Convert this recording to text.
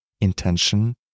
intention